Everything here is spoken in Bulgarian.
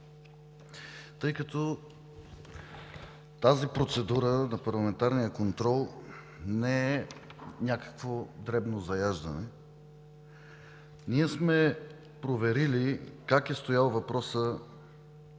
тъй като процедурата на парламентарния контрол не е някакво дребно заяждане. Ние сме проверили как е стоял въпросът